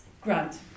Grant